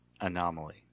Anomaly